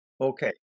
Okay